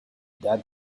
dead